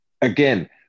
again